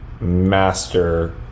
master